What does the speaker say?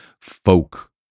folk